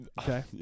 Okay